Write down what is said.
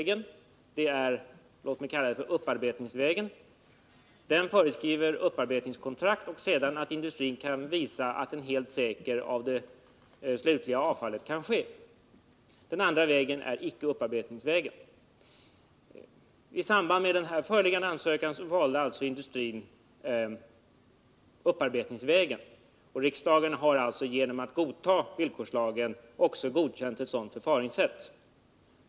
Den ena vägen, låt mig kalla den upparbetningsvägen, föreskriver upparbetningskontrakt och vidare att industrin kan visa att en helt säker hantering av det slutliga avfallet kan ske. Den andra vägen är icke-upparbetningsvägen. I samband med den här föreliggande ansökan valde industrin upparbetningsvägen, och riksdagen har alltså genom att godta villkorslagen också godkänt ett sådant förfaringssätt.